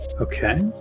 Okay